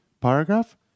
paragraph